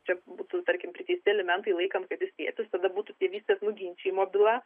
čia būtų tarkim priteisti alimentai laikant kad jis tėtistada būtų tėvystės nuginčijimo byla